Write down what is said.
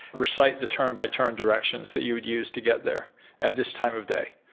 recite the turn by turn directions that you would use to get there at this time of day.